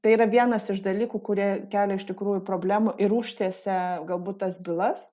tai yra vienas iš dalykų kurie kelia iš tikrųjų problemų ir užtęsia galbūt tas bylas